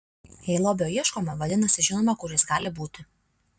jei lobio ieškoma vadinasi žinoma kur jis gali būti